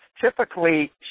Typically